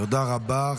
תודה רבה.